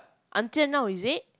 until now is it